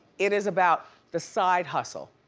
it is about the side hustle.